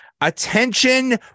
Attention